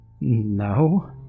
No